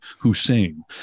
Hussein